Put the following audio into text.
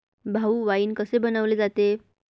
भाऊ, वाइन कसे बनवले जाते?